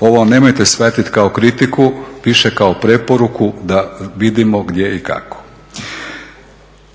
Ovo nemojte shvatiti kao kritiku, više kao preporuku da vidimo gdje i kako.